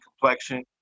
complexion